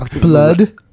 blood